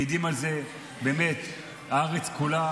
מעידה על זה באמת הארץ כולה.